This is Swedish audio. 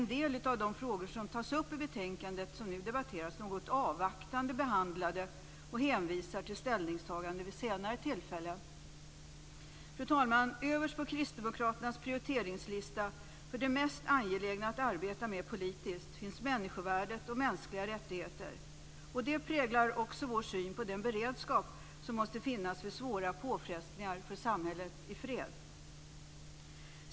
En del av de frågor som tas upp i det betänkande som nu debatteras är något avvaktande behandlade, och det hänvisas till ställningstaganden vid senare tillfällen. Fru talman! Överst på kristdemokraternas prioriteringslista för det som är mest angeläget att arbeta politiskt med finns människovärdet och mänskliga rättigheter. Det präglar också vår syn på den beredskap som måste finnas vid svåra påfrestningar på samhället i fred.